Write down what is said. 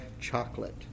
Chocolate